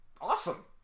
Awesome